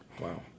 wow